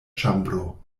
ĉambro